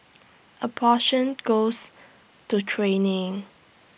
A portion goes to training